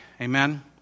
Amen